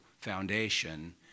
foundation